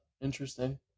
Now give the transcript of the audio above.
interesting